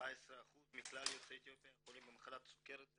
17% מכלל יוצאי אתיופיה שחולים במחלת הסוכרת,